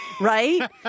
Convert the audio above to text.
right